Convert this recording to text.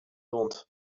honte